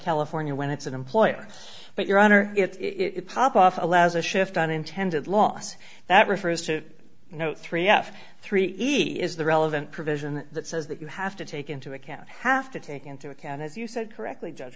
california when it's an employer but your honor it pop off allows a shift unintended loss that refers to no three f three is the relevant provision that says that you have to take into account have to take into account as you said correctly judge